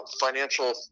financial